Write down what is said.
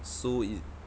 so it